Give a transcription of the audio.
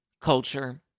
Culture